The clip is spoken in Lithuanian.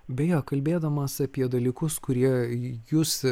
beje kalbėdamas apie dalykus kurie jus